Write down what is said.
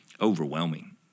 overwhelming